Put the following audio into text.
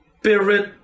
Spirit